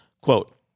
quote